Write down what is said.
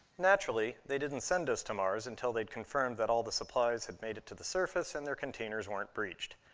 naturally, they didn't send us to mars until they'd confirmed that all the supplies had made it to the surface and their containers weren't breached.